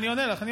אני עונה לך.